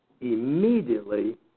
immediately